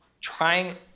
trying